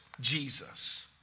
Jesus